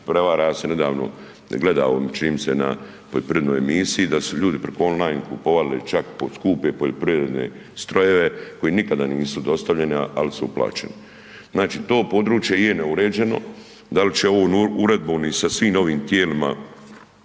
prevara. Ja sam nedavno gledao čini mi se na poljoprivrednoj emisiji da su ljudi preko online kupovali čak skupe poljoprivredne strojeve koji im nikada nisu dostavljeni, ali su plaćeni. Znači to područje je neuređeno, dal će ovom uredbom i sa svim ovim tijelima